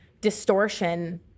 distortion